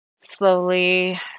slowly